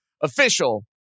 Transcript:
official